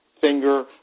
finger